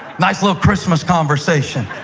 nice little christmas conversation.